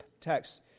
text